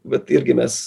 vat irgi mes